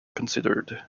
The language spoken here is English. considered